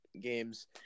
games